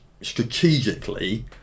strategically